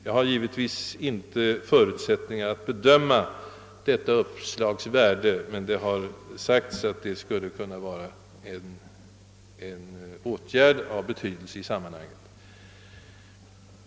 Jag har givetvis inte förutsättningar att bedöma detta uppslags värde, men det har anförts att detta skulle kunna vara en åtgärd av betydelse i sammanhanget.